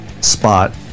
spot